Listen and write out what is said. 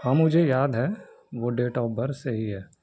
ہاں مجھے یاد ہے وہ ڈیٹ آف برتھ صحیح ہے